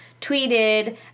tweeted